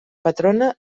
patrona